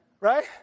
Right